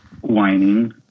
whining